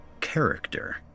Character